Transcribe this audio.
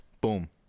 Boom